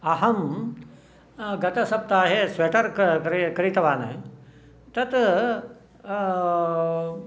अहं गतसप्ताहे स्वेटर् क्रीतवान् तत्